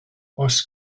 oes